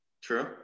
True